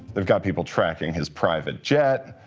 they've got people tracking his private jet.